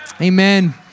Amen